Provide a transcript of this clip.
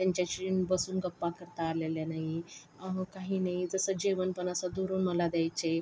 त्यांच्याशी बसून गप्पा करता आलेल्या नाहीत अहो काही नाही जसं जेवण पण असं दुरून मला द्यायचे